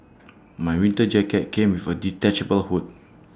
my winter jacket came with A detachable hood